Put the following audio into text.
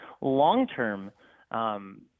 long-term